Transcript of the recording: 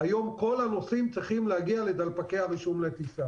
היום כל הנוסעים צריכים להגיע לדלפקי הרישום לטיסה